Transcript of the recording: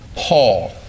Paul